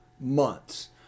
months